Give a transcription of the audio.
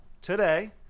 today